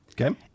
Okay